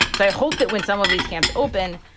so i hope that when some of these camps open,